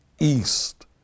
east